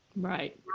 Right